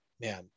man